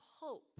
hope